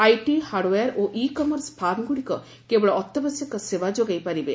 IT hardware ଓ e commerce ଫାର୍ମଗ୍ରଡ଼ିକ କେବଳ ଅତ୍ୟାବଶ୍ୟକ ସେବା ଯୋଗାଇ ପାରିବେ